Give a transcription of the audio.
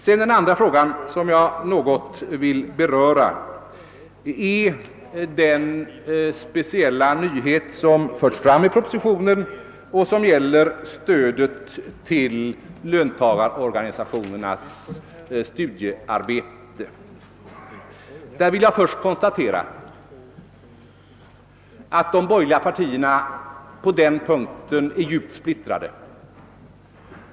Den andra fråga som jag vill beröra något är den speciella nyhet som förts fram i propositionen och som gäller stödet till löntagarorganisationernas studiearbete. Jag vill till att börja med konstatera att de borgerliga partierna på den punkten är djupt splittrade.